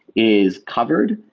is covered?